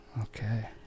Okay